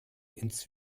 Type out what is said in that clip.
ins